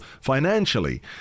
financially